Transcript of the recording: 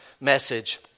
message